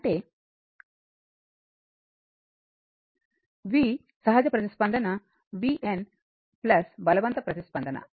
అంటే v సహజ ప్రతిస్పందన vn బలవంతపు ప్రతిస్పందనvf